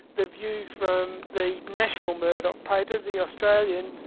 the view from the national murdoch paper, the australian,